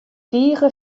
tige